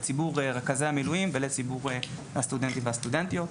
לציבור רכזי המילואים והסטודנטים והסטודנטיות.